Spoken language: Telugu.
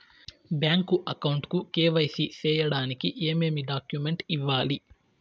బ్యాంకు అకౌంట్ కు కె.వై.సి సేయడానికి ఏమేమి డాక్యుమెంట్ ఇవ్వాలి?